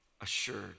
assured